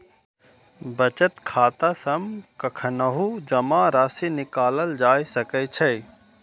बचत खाता सं कखनहुं जमा राशि निकालल जा सकै छै